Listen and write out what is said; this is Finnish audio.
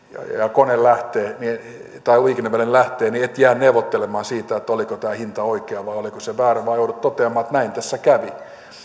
kone tai liikenneväline lähtee niin et jää neuvottelemaan siitä oliko tämä hinta oikea vai oliko se väärä vaan joudut toteamaan että näin tässä kävi